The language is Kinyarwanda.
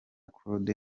claude